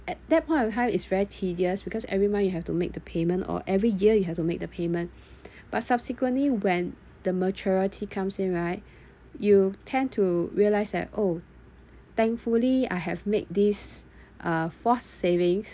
at that point of time is very tedious because every month you have to make the payment or every year you have to make the payment but subsequently when the maturity comes in right you tend to realize that oh thankfully I have make this uh force savings